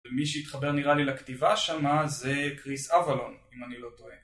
ומי שהתחבר נראה לי לכתיבה שמה זה קריס אבלון, אם אני לא טועה.